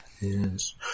Yes